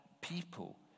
people